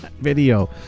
Video